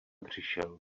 přišel